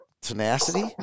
tenacity